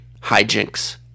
hijinks